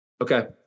Okay